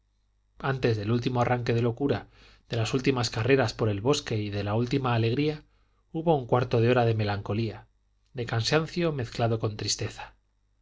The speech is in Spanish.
antes del último arranque de locura de las últimas carreras por el bosque y de la última alegría hubo un cuarto de hora de melancolía de cansancio mezclado de tristeza